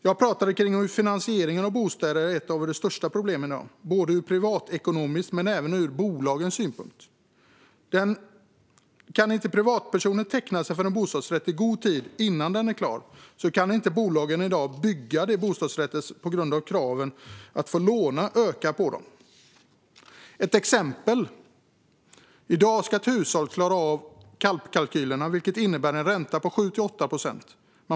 Jag talade om att finansieringen av bostäder är ett av de största problemen i dag, både ur privatekonomisk synpunkt och ur bolagens synpunkt. Kan inte privatpersonen teckna sig för en bostadsrätt i god tid innan den är klar så kan inte bolagen i dag bygga bostadsrätter på grund av ökade krav för att få låna. Ett exempel: I dag ska ett hushåll klara av KALP-kalkylerna, vilket innebär en ränta på 7-8 procent.